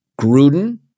Gruden